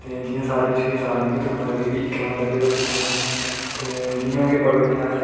ते जि'यां सारे विश होइयै सारे मिगी तुप्पन लगे जी कि इक्कै बंदा रेह् दा जी उसी पगड़ना ते जि'यां मिगी पगड़ने गी आए